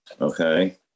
Okay